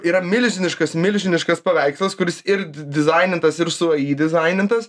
yra milžiniškas milžiniškas paveikslas kuris ir dizainintas ir su ai dizainintas